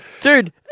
Dude